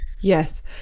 yes